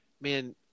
man